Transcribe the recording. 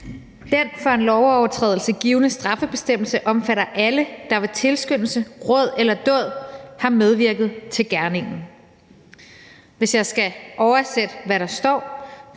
»Den for en lovovertrædelse givne straffebestemmelse omfatter alle, der ved tilskyndelse, råd eller dåd har medvirket til gerningen«. Hvis jeg skal oversætte det, der står